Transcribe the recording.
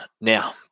Now